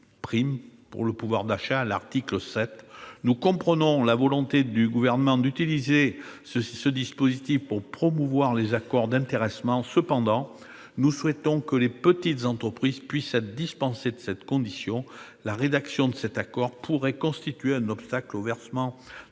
prime pour le pouvoir d'achat, à l'article 7 du PLFSS. Si nous comprenons la volonté du Gouvernement d'utiliser ce dispositif pour promouvoir les accords d'intéressement, nous souhaitons toutefois que les petites entreprises soient dispensées de cette condition, la rédaction de cet accord pouvant constituer un obstacle au versement de la